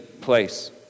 place